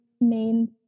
main